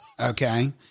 Okay